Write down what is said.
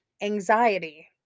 Anxiety